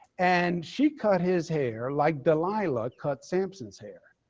and she cut his hair like delilah cut samson's hair,